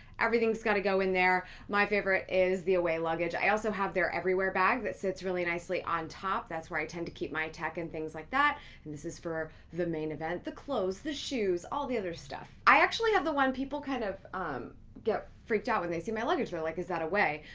everything's gotta go in there. my favorite is the away luggage. i also have their everywhere bag that sits really nicely on top. that's where i tend to keep my tech and things like that. and this is for the main event, the clothes, the shoes, all the other stuff. i actually have the one, people kind of get freaked out when they see my luggage. they're like, is that away?